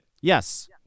Yes